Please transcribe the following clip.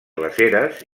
glaceres